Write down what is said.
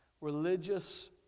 Religious